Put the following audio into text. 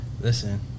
Listen